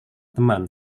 teman